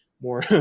more